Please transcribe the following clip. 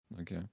Okay